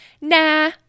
nah